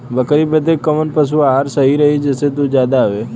बकरी बदे कवन पशु आहार सही रही जेसे दूध ज्यादा होवे?